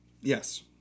Yes